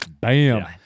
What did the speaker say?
Bam